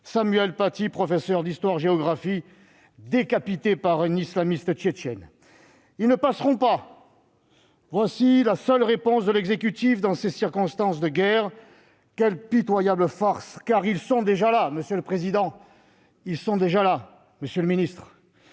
Samuel Paty, professeur d'histoire-géographie décapité par un islamiste tchétchène. « Ils ne passeront pas !»: voilà la seule réponse de l'exécutif dans ces circonstances de guerre. Quelle pitoyable farce, car ils sont déjà là ! Ils sont déjà là, monsieur le ministre,